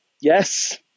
Yes